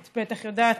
את בטח יודעת,